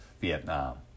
Vietnam